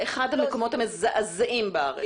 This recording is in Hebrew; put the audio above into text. זה אחד המקומות המזעזעים בארץ.